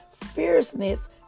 fierceness